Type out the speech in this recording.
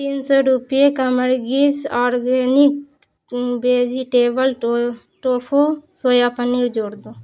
تین سو روپے کا Morgan's organic vegetable tofu soya paneer جوڑ دو